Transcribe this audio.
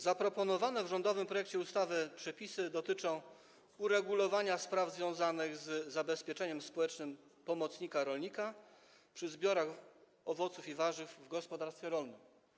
Zaproponowane w rządowym projekcie ustawy przepisy dotyczą uregulowania spraw związanych z zabezpieczeniem społecznym pomocnika rolnika przy zbiorach owoców i warzyw w gospodarstwie rolnym.